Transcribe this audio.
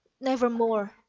nevermore